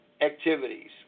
activities